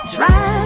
Drive